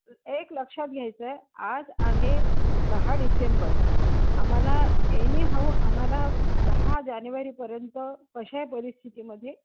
एक लक्षात घ्यायचं आहे आज आहे दहा डिसेंबर आम्हाला एनि हऊ आम्हाला दहा जानेवारीपर्यंत कशाही परिस्थितीमध्ये